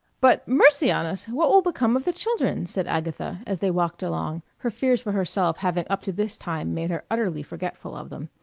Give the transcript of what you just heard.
but, mercy on us! what will become of the children? said agatha, as they walked along, her fears for herself having up to this time made her utterly forgetful of them.